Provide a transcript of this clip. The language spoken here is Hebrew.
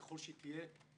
ככל שתהיה,